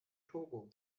togo